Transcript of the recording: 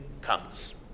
comes